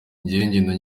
ngenda